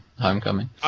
Homecoming